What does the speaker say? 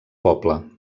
poble